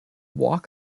walk